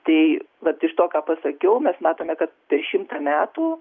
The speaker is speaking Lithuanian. tai vat iš to ką pasakiau mes matome kad per šimtą metų